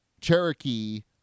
Cherokee